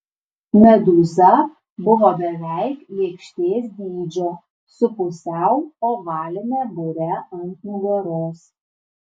medūza buvo beveik lėkštės dydžio su pusiau ovaline bure ant nugaros